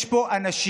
יש פה אנשים,